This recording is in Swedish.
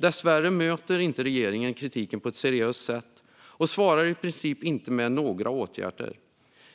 Dessvärre bemöter inte regeringen kritiken på ett seriöst sätt och svarar i princip inte med några åtgärder.